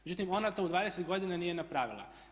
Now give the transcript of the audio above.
Međutim, ona to u 20 godina nije napravila.